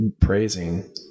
praising